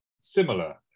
Similar